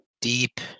deep